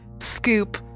scoop